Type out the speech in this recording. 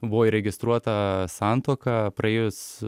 buvo įregistruota santuoka praėjus